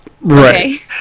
Right